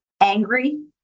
angry